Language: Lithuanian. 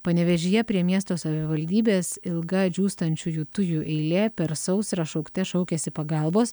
panevėžyje prie miesto savivaldybės ilga džiūstančiųjų tujų eilė per sausrą šaukte šaukėsi pagalbos